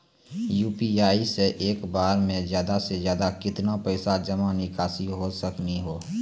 UPI से एक बार मे ज्यादा से ज्यादा केतना पैसा जमा निकासी हो सकनी हो?